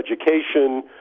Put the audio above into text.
education